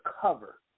cover